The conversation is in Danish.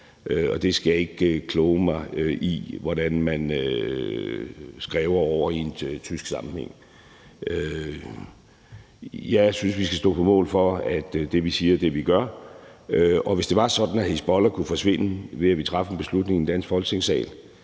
og der skal jeg ikke kloge mig på, hvordan man skræver over det i en tysk sammenhæng. Jeg synes, vi skal stå på mål for, at det, vi siger, er det, vi gør. Hvis det var sådan, at Hizbollah kunne forsvinde, ved at vi traf en beslutning i den danske Folketingssal